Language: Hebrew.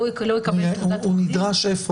לא יקבל תעודת מחלים -- הוא נדרש איפה?